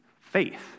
faith